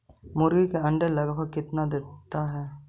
मुर्गी के अंडे लगभग कितना देता है?